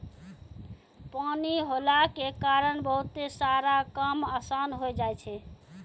पानी होला के कारण बहुते सारा काम आसान होय जाय छै